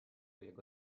jego